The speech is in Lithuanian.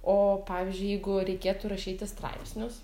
o pavyzdžiui jeigu reikėtų rašyti straipsnius